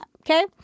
okay